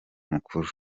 mukuru